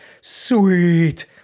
Sweet